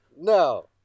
No